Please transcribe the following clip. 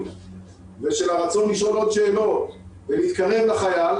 ושל הרצון לשאול עוד שאלות ולהתקרב לחייל,